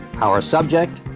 our subject,